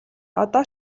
одоо